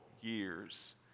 years